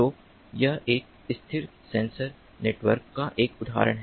तो यह एक स्थिर सेंसर नेटवर्क का एक उदाहरण है